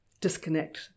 disconnect